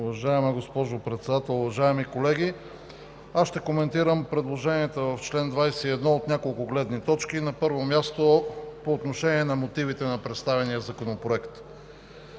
Уважаема госпожо Председател, уважаеми колеги! Ще коментирам предложенията в чл. 21 от няколко гледни точки. На първо място, по отношение на мотивите на представения законопроект.